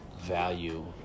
value